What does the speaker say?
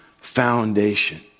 foundation